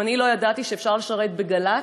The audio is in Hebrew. אם אני לא ידעתי שאפשר לשרת בגל"צ,